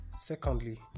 Secondly